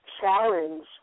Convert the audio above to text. challenge